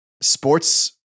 sports